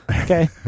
Okay